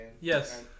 Yes